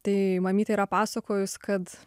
tai mamytė yra pasakojus kad